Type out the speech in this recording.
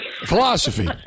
Philosophy